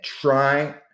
try